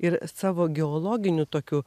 ir savo geologiniu tokiu